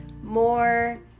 more